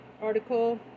article